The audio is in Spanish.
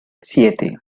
siete